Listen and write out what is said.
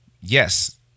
yes